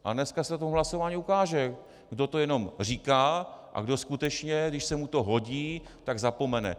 A dneska se to v tom hlasování ukáže, kdo to jenom říká a kdo skutečně, když se mu to hodí, tak zapomene.